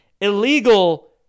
illegal